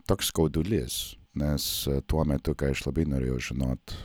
toks skaudulys nes tuo metu kai aš labai norėjau žinot